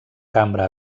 cambra